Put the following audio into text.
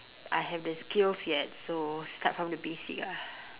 I have the skills yet so start from the basic ah